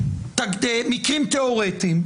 מקרים תיאורטיים.